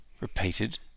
repeated